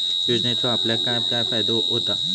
योजनेचो आपल्याक काय काय फायदो होता?